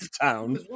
Town